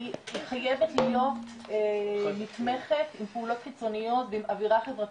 חייבת להיות נתמכת בפעולות חיצוניות ועם אווירה חברתית,